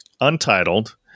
Untitled